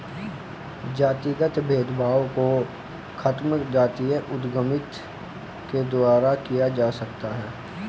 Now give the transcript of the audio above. जातिगत भेदभाव को खत्म जातीय उद्यमिता के द्वारा किया जा सकता है